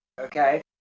okay